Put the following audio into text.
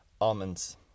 almonds